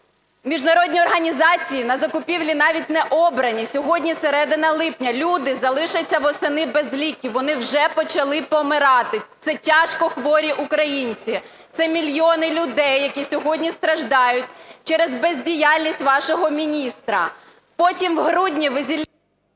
Міжнародні організації на закупівлі навіть не обрані. Сьогодні середина липня, люди залишаться восени без ліків. Вони вже почали помирати, це тяжкохворі українці, це мільйони людей, які сьогодні страждають через бездіяльність вашого міністра. Потім в грудні ви...